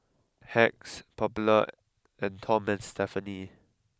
Hacks Popular and Tom and Stephanie